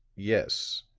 yes,